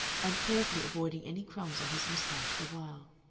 and carefully avoiding any crumbs on his mustache the while.